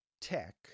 Tech